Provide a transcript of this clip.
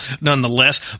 nonetheless